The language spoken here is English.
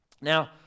Now